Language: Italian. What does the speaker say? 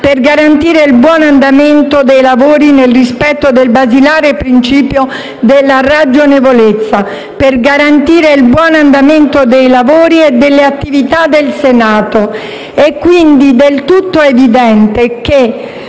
per garantire il buon andamento dei lavori, nel rispetto del basilare principio della ragionevolezza, per garantire il buon andamento dei lavori e delle attività del Senato. È quindi del tutto evidente che,